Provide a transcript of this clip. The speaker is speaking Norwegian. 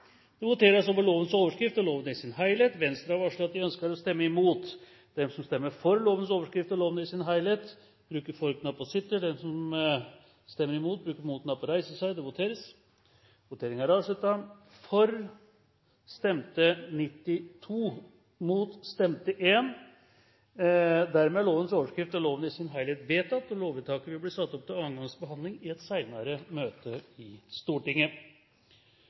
Det voteres over lovens overskrift og loven i sin helhet. Presidenten antar at Fremskrittspartiet, Høyre, Kristelig Folkeparti og Venstre fortsatt ønsker å stemme imot. Lovvedtaket vil bli satt opp til andre gangs behandling i et senere møte i Stortinget. Det voteres over lovens overskrift og loven i sin helhet. Lovvedtaket vil bli satt opp til andre gangs behandling i et senere møte i Stortinget.